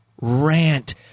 rant